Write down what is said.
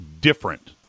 different